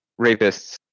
rapists